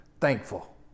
thankful